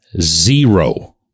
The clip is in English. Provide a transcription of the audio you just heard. Zero